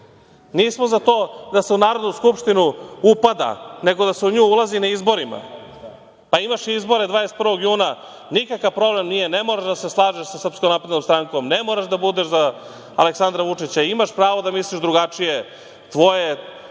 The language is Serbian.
nismo za to da se u Narodnu skupštinu upada, nego da se u nju ulazi na izborima. Imaš izbore 21. juna. Nikakav problem nije. Ne moraš da se slažeš sa SNS, ne moraš da budeš za Aleksandra Vučića, imaš pravo da misliš drugačije, tvoja